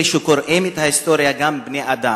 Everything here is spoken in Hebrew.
אלה שקוראים את ההיסטוריה, גם הם בני-אדם.